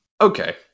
Okay